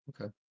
Okay